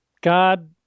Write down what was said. God